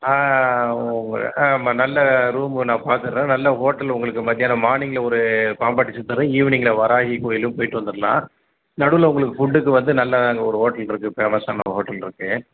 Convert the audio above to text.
ஆமாம் நல்ல ரூமு நான் பார்த்துறேன் நல்ல ஹோட்டலு உங்களுக்கு மத்தியானம் மார்னிங்கில் ஒரு பாம்பாட்டி சித்தரும் ஈவினிங்கில் வராகி கோயிலும் போய்விட்டு வந்துடலாம் நடுவில் உங்களுக்கு ஃபுட்டுக்கு வந்து நல்ல அங்கே ஒரு ஹோட்டல் இருக்குது ஃபேமஸ்ஸான ஹோட்டல் இருக்குது